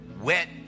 wet